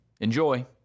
Enjoy